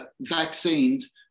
vaccines